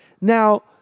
Now